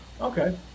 Okay